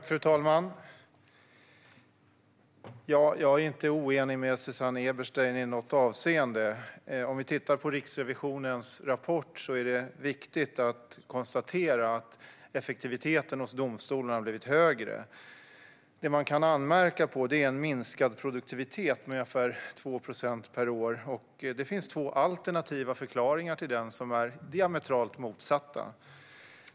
Fru talman! Jag är inte oenig med Susanne Eberstein i något avseende. När det gäller Riksrevisionens rapport är det viktigt att konstatera att effektiviteten hos domstolarna har blivit högre. Det man kan anmärka på är att produktiviteten har minskat med ungefär 2 procent per år. Till denna minskning finns två förklaringar, som är diametralt motsatta.